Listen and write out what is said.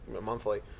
monthly